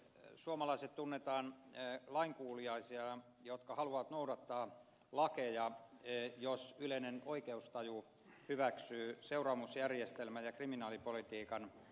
suomalaiset tunnetaan lainkuuliaisina jotka haluavat noudattaa lakeja jos yleinen oikeustaju hyväksyy seuraamusjärjestelmän ja kriminaalipolitiikan